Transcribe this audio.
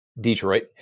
Detroit